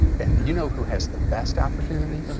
and you know who has the best opportunity?